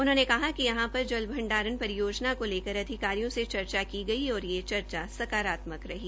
उन्होंने कहा कि यहां पर जल भंडारण पिरयोजना को लेकर अधिकारियों से चर्चा की गई है और ये चर्चा सकारात्मक रही